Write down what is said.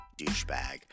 douchebag